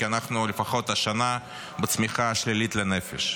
כי לפחות השנה אנחנו בצמיחה שלילית לנפש.